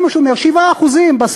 זה מה שהוא אומר: 7% בסוף,